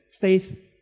faith